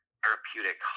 therapeutic